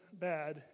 bad